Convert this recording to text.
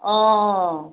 অঁ অঁ